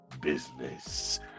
business